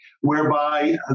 whereby